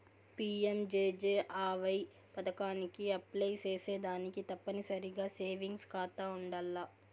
PMJJAY పదకానికి apply సేసేదానికి తప్పనిసరిగా సేవింగ్స్ కాతా ఉండాల్ల